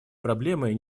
проблемы